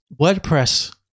WordPress